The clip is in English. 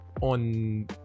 on